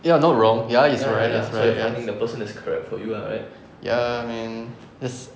ya not wrong ya it's correct it's correct ya ya I mean